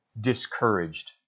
discouraged